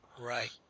right